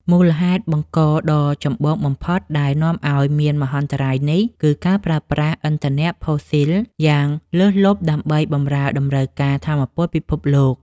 មូលហេតុបង្កដ៏ចម្បងបំផុតដែលនាំឱ្យមានមហន្តរាយនេះ គឺការប្រើប្រាស់ឥន្ធនៈផូស៊ីលយ៉ាងលើសលប់ដើម្បីបម្រើឱ្យតម្រូវការថាមពលពិភពលោក។